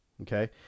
okay